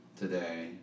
today